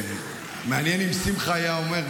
מעניין אם שמחה היה אומר,